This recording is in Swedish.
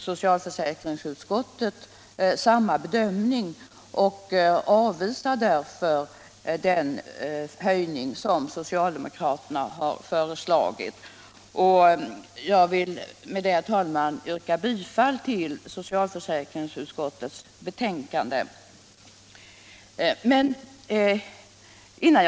Socialförsäkringsutskottet gör samma bedömning och avvisar därför den höjning som socialdemokraterna har föreslagit. Jag vill med det, herr talman, yrka bifall till socialförsäkringsutskottets hemställan.